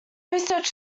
research